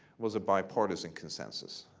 was a bipartisan consensus